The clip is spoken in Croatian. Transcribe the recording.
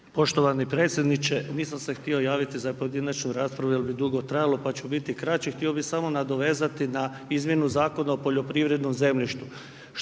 Poštovani predsjedniče nisam se htio javiti za pojedinačnu raspravu jer bi dugo trajalo pa ću biti kraći. Htio bih se samo nadovezati na izmjenu Zakona o poljoprivrednom zemljištu